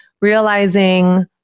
realizing